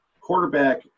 quarterback